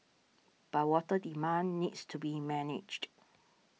but water demand needs to be managed